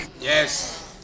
Yes